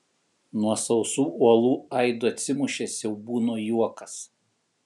nuo sausų uolų aidu atsimušė siaubūno juokas